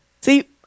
See